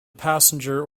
passenger